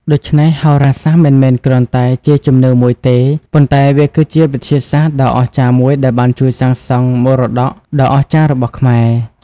ដូច្នេះ ហោរាសាស្ត្រមិនមែនគ្រាន់តែជាជំនឿមួយទេ ប៉ុន្តែវាគឺជាវិទ្យាសាស្ត្រដ៏អស្ចារ្យមួយដែលបានជួយសាងសង់មរតកដ៏អស្ចារ្យរបស់ខ្មែរ។